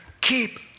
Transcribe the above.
keep